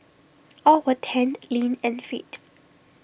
all were tanned lean and fit